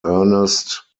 earnest